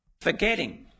Forgetting